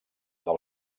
del